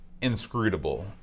inscrutable